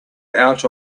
out